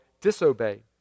disobey